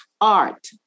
art